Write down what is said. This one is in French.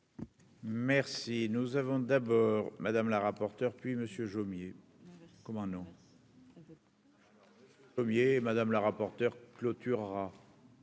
Merci, nous avons d'abord Madame la rapporteure puis Monsieur Jomier comment non. Madame la rapporteure clôturera.